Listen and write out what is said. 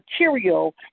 material